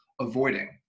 avoiding